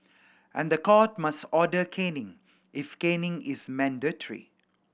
and the court must order caning if caning is mandatory